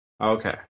Okay